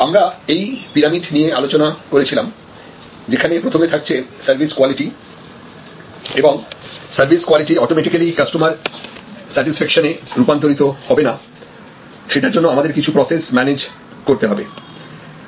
আমরা এই পিরামিড নিয়ে আলোচনা করেছিলাম যেখানে প্রথমে থাকছে সার্ভিস কোয়ালিটি এবং service quality automatically customer satisfaction এ রূপান্তরিত হবে না সেটার জন্য আমাদের কিছু প্রসেস ম্যানেজ করতে হবে